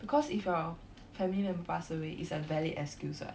because if your family member pass away is like valid excuse what